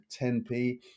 10p